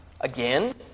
again